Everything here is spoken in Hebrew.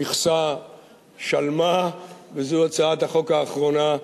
המכסה שַלְמה, וזו הצעת החוק האחרונה,